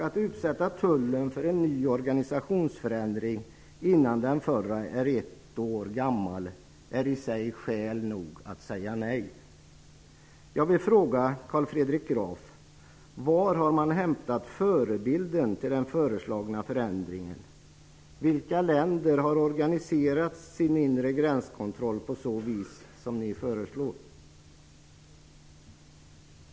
Att utsätta tullen för en ny organisationsförändring innan den förra är ett år gammal är i sig skäl nog att säga nej. Vilka länder har organiserat sin inre gränskontroll på så vis som ni föreslår?